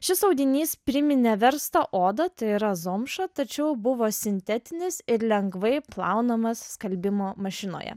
šis audinys priminė verstą odą tai yra zomšą tačiau buvo sintetinis ir lengvai plaunamas skalbimo mašinoje